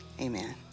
amen